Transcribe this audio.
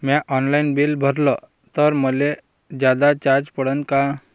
म्या online bill भरलं तर मले जादा चार्ज पडन का?